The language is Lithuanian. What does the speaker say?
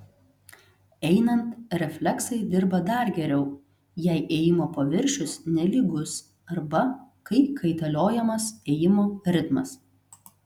einant refleksai dirba dar geriau jei ėjimo paviršius nelygus arba kai kaitaliojamas ėjimo ritmas